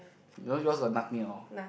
no yours got nothing at all